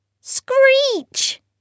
Screech